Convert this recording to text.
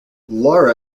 lara